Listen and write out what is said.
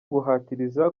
guhatiriza